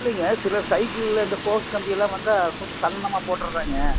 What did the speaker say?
இல்லைங்க சிலர் சைக்கிளில் இந்த போஸ்ட் கம்பி எல்லாம் வந்தால் கொஞ்சம் சன்னமாக போட்டுடறாங்க